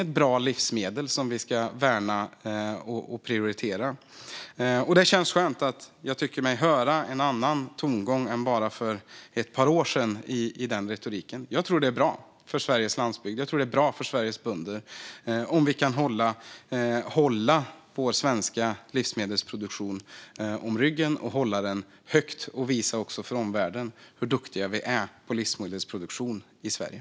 Det är ett bra livsmedel som vi ska värna och prioritera. Det känns skönt att jag tycker mig höra en annan tongång än bara för ett par år sedan i retoriken. Jag tror att det är bra för Sveriges landsbygd och Sveriges bönder om vi kan hålla vår svenska livsmedelsproduktion om ryggen och hålla den högt och också visa för omvärlden hur duktiga vi är på livsmedelsproduktion i Sverige.